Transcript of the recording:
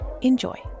Enjoy